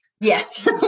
Yes